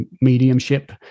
mediumship